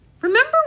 Remember